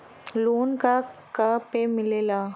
Loan का का पे मिलेला?